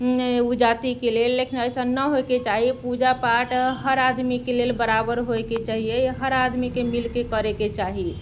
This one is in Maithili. ओ जातिके लेल लेकिन अइसन नहि होयके चाही पूजापाठ हर आदमीके लेल बराबर होयके चाहियै हर आदमीके मिलके करैके चाही